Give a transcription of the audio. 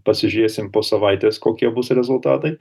pasižiūrėsim po savaitės kokie bus rezultatai